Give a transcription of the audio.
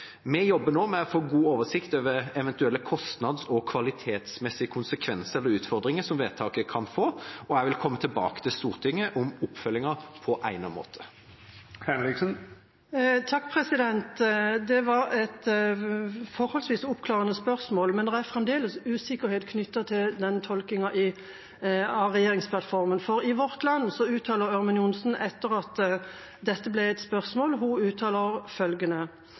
Vi jobber nå med å få god oversikt over eventuelle kostnads- og kvalitetsmessige konsekvenser eller utfordringer som vedtaket kan få, og jeg vil komme tilbake til Stortinget om oppfølgingen på egnet måte. Det var et forholdsvis oppklarende svar. Men det er fremdeles usikkerhet knyttet til den tolkningen av regjeringsplattformen, for i Vårt Land uttaler representanten Ørmen Johnsen i familie- og kulturkomiteen følgende, etter at dette ble et spørsmål: